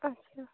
ଆଚ୍ଛା